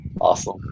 Awesome